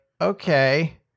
okay